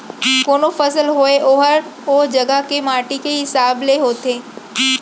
कोनों फसल होय ओहर ओ जघा के माटी के हिसाब ले होथे